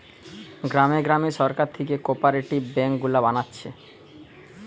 গ্রামে গ্রামে সরকার থিকে কোপরেটিভ বেঙ্ক গুলা বানাচ্ছে